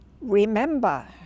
Remember